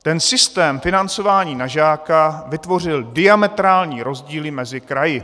Ten systém financování na žáka vytvořil diametrální rozdíly mezi kraji.